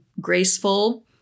graceful